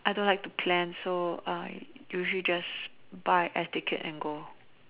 I don't like to plan so I usually just buy a air ticket and go